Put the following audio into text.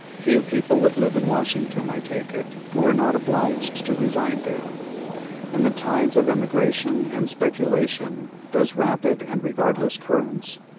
few people would live in washington, i take it, who were not obliged to reside there and the tides of emigration and speculation, those rapid and regardless currents,